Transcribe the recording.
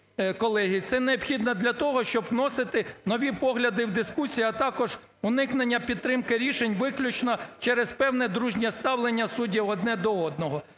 Це необхідно для того, щоб вносити нові погляди в дискусію, а також уникнення підтримки рішень виключно через певне дружнє ставлення суддів одне до одного.